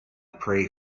pray